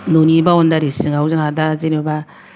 न'नि बाउनदारि सिङाव जोंहा दा जेनेबा